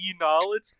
knowledge